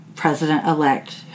president-elect